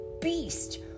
beast